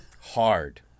Hard